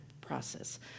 process